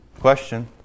Question